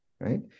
right